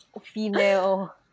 female